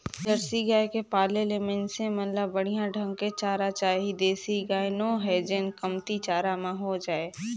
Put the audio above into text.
Jersey गाय के पाले ले मइनसे मन ल बड़िहा ढंग के चारा चाही देसी गाय नो हय जेन कमती चारा म हो जाय